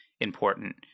important